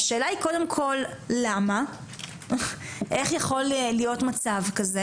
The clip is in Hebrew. והשאלה היא קודם כל למה, איך יכול להיות מצב כזה